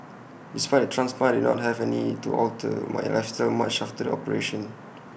despite the transplant I did not have any to alter my lifestyle much after the operation